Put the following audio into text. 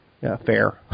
fair